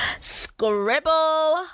scribble